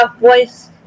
voice